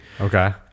Okay